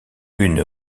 une